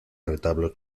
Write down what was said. retablo